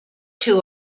too